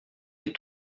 les